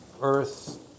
earth